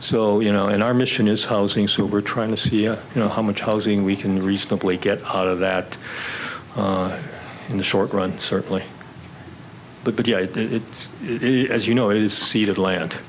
so you know in our mission is housing super trying to see you know how much housing we can reasonably get out of that in the short run certainly but but yeah it's as you know it is seeded land